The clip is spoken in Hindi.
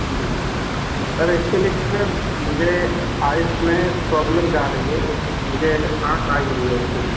जी सर सर ऐक्चुअली ना मुझे आइस में प्रॉब्लम जा रही है कुछ मुझे आँख आई हुई है एक्चुअली